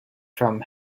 from